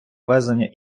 ввезення